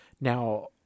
Now